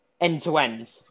end-to-end